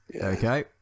Okay